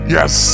Yes